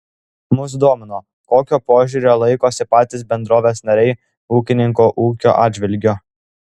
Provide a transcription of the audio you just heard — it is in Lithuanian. mus domino kokio požiūrio laikosi patys bendrovės nariai ūkininko ūkio atžvilgiu